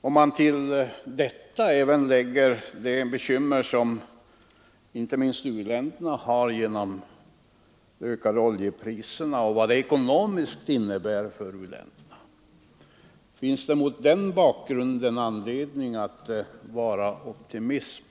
Om man till detta lägger de bekymmer, som inte minst u-länderna fått genom de ökade oljepriserna, frågar man sig, om det mot en sådan bakgrund finns anledning att vara optimist.